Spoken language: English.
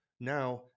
Now